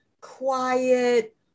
quiet